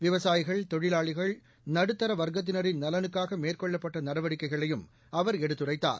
விவசாயிகள் தொழிலாளர்கள் நடுத்தரவர்க்கத்தினரின் நலனுக்காகமேற்கொள்ளப்பட்டநடவடிக்கைகளையும் அவர் எடுத்துரைத்தார்